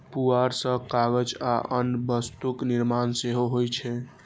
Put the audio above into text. पुआर सं कागज आ अन्य वस्तुक निर्माण सेहो होइ छै